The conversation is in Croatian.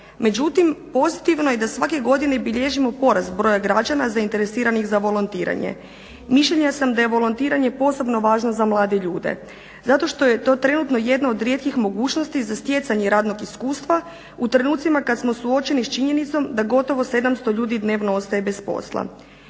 Međutim pozitivno je da svake godine bilježimo porast broja građana zainteresiranih za volontiranje. Mišljenja sam da je volontiranje posebno važno za mlade ljude zato što je to trenutno jedno od rijetkih mogućnosti za stjecanje radnog iskustva u trenucima kad smo suočeni sa činjenicom da gotovo 700 ljudi dnevno ostaje bez posla.